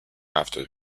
after